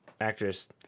actress